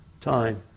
time